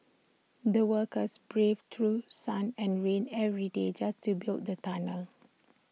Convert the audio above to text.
the workers braved through sun and rain every day just to build the tunnel